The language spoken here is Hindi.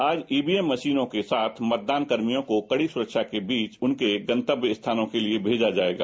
आज ईवीएम मशीनों के साथ मतदान कर्मियों को कड़ी सुरक्षा के बीच उनके गन्तव्य स्थानों के लिए भेजा जायेगा